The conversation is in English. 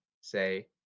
say